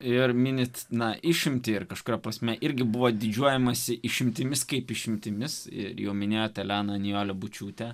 ir minite na išimtį ir kažkuria prasme irgi buvo didžiuojamasi išimtimis kaip išimtimis ir jau minėjote elena nijolė bučiūtė